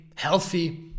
healthy